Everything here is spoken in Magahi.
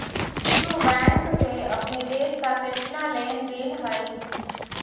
विश्व बैंक से अपने देश का केतना लें देन हई